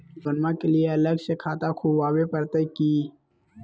लोनमा के लिए अलग से खाता खुवाबे प्रतय की?